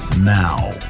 Now